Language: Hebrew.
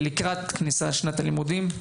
לקראת פתיחת שנת הלימודים,